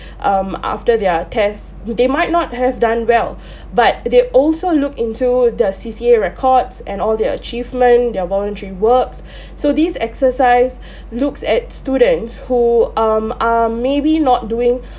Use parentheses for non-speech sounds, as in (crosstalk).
um after their tests they might not have done well (breath) but they also look into their C_C_A records and all their achievement their voluntary works (breath) so this exercise (breath) looks at students who um are maybe not doing